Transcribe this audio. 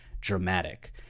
Dramatic